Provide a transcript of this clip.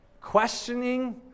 questioning